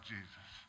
Jesus